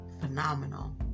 phenomenal